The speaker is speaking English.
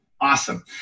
awesome